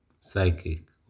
psychic